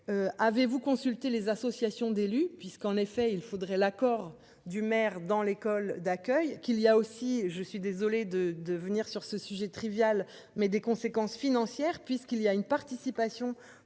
Avez-vous consulté les associations d'élus, puisqu'en effet il faudrait l'accord du maire dans l'école d'accueil qu'il y a aussi, je suis désolé de de venir sur ce sujet trivial, mais des conséquences financières puisqu'il y a une participation.